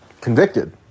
convicted